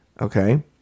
okay